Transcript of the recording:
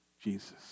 Jesus